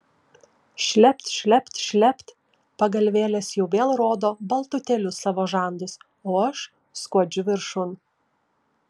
šlept šlept šlept pagalvėlės jau vėl rodo baltutėlius savo žandus o aš skuodžiu viršun